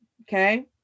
okay